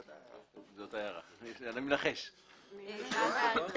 אני מנחש שזו אותה הערה.